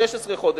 16 חודשים,